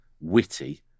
witty